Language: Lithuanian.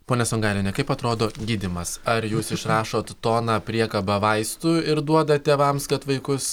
ponia songailiene kaip atrodo gydymas ar jūs išrašot toną priekabą vaistų ir duodat tėvams kad vaikus